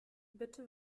bitte